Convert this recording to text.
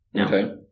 Okay